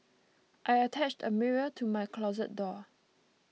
I attached a mirror to my closet door